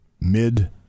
mid